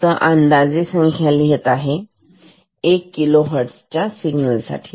मी फक्त एक अंदाजे संख्या घेत आहे उदाहरणासाठी तर हे आहे 1 किलो हर्ट्झ चे सिग्नल